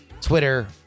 Twitter